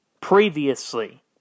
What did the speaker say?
previously